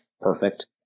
perfect